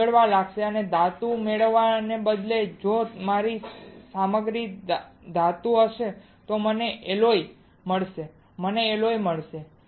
તે પીગળવા લાગશે અને ધાતુ મેળવવાને બદલે જો મારી સામગ્રી ધાતુ હશે તો મને એલોય મળશે મને એલોય મળશે